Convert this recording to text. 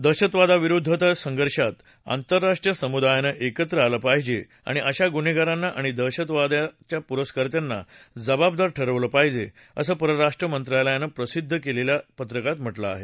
दहशतवादाविरुद्धच्या संघर्षात आंतरराष्ट्रीय समुदायानं एकत्र आलं पाहिजे आणि अशा गुन्हेगारांना आणि दहशतवादाच्या पुरस्कर्त्यांना जबाबदार ठरवलं पाहिजे असं परराष्ट्रमंत्रालयानं प्रसिद्ध केलेल्या पत्रकात म्हटलं आहे